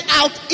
out